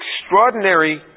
extraordinary